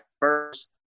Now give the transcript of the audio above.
first